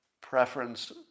preference